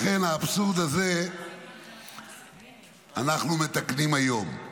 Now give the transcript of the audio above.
לכן, את האבסורד הזה אנחנו מתקנים היום.